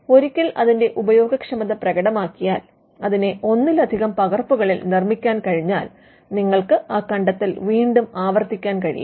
ഒരിക്കൽ അതിന്റെ ഉപയോഗക്ഷമത പ്രകടമാക്കിയാൽ അതിനെ ഒന്നിലധികം പകർപ്പുകളിൽ നിർമ്മിക്കാൻ കഴിഞ്ഞാൽ നിങ്ങൾക്ക് ആ കണ്ടെത്തൽ വീണ്ടും ആവർത്തിക്കാൻ കഴിയും